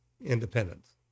independence